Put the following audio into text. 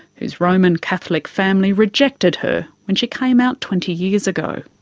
whose roman catholic family rejected her when she came out twenty years ago.